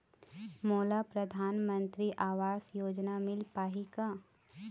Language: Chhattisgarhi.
मोला परधानमंतरी आवास योजना मिल पाही का?